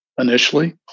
initially